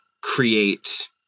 create